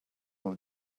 for